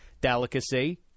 delicacy